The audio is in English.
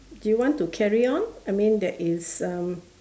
do you want to carry on I mean there is um